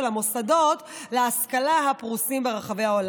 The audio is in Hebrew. המוסדות להשכלה הפרוסים ברחבי העולם.